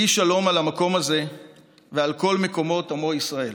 יהי שלום על המקום הזה ועל כל מקומות עמו ישראל.